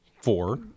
four